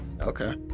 okay